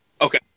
Okay